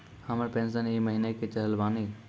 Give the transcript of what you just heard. हमर पेंशन ई महीने के चढ़लऽ बानी?